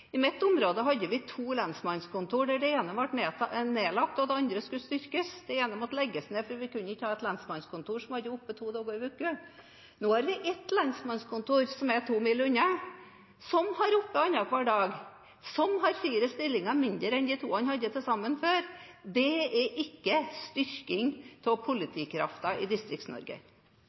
I mitt område hadde vi to lensmannskontor, der det ene ble nedlagt og det andre skulle styrkes. Det ene måtte legges ned, for vi kunne ikke ha et lensmannskontor som var oppe to dager i uka. Nå har vi ett lensmannskontor, som er to mil unna, som har oppe annenhver dag, og som har fire stillinger mindre enn de to hadde til sammen før. Dette er ikke styrking av politikraften i